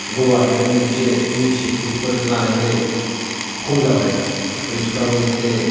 government एसे initiative for लानायखाय ख'म जाबाय पुलिस फ्राबो एसे